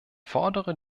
fordere